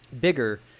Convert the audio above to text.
Bigger